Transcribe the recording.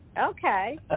Okay